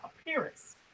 appearance